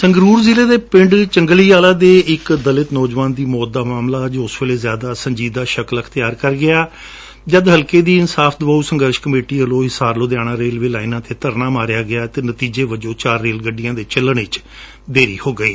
ਸੰਗਰੁਰ ਜਿਲੇ ਦੇ ਪਿੰਡ ਚੰਗਾਲੀਵਾਲਾ ਦੇ ਇੱਕ ਦਲਿਤ ਨੌਜਵਾਨ ਦੀ ਮੌਤ ਦਾ ਮਾਮਲਾ ਅੱਜ ਉਸ ਵੇਲੇ ਜਿਆਦਾ ਸੰਜੀਦਾ ਸ਼ਕਲ ਅਖਤਿਆਰ ਕਰ ਗਿਆ ਜਦ ਹਲਕੇ ਦੀ ਇੰਸਾਫ ਦਵਾਊ ਸੰਘਰਸ਼ ਕਮੇਟੀ ਵੱਲੋ ਹਿਸਾਰ ਲੁਧਿਆਣਾ ਰੇਲਵੇ ਲਾਈਨਾਂ ਤੇ ਧਰਨਾ ਦਿੱਤਾ ਗਿਆ ਤੇ ਨਤੀਜੇ ਵਜੋਂ ਚਾਰ ਰੇਲ ਗੱਡੀਆਂ ਦੇ ਚੱਲਣ ਵਿੱਚ ਦੇਰੀ ਹੋਈ